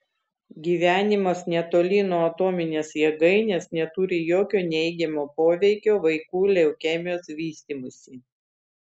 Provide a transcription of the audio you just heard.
gyvenimas netoli nuo atominės jėgainės neturi jokio neigiamo poveikio vaikų leukemijos vystymuisi